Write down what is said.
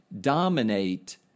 dominate